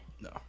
No